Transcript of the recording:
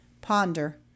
Ponder